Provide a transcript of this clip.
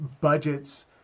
budgets